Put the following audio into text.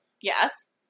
Yes